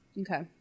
Okay